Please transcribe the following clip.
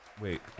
Wait